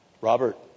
Robert